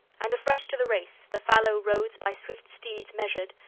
and afresh to the race, the fallow roads by swift steeds measured!